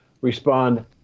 respond